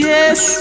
Yes